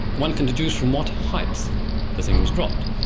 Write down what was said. one can deduce from what height the thing was dropped.